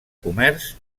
comerç